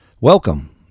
Welcome